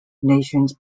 nations